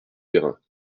perrin